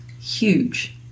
huge